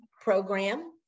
program